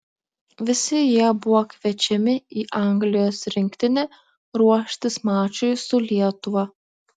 visi jie buvo kviečiami į anglijos rinktinę ruoštis mačui su lietuva